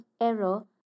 error